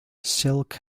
silk